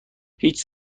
هیچ